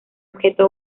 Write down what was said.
objeto